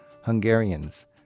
Hungarians